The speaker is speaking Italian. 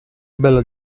bella